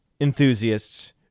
enthusiasts